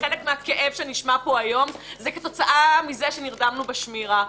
חלק מהכאב שנשמע פה היום זה כתוצאה מזה שנרדמנו בשמירה.